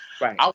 Right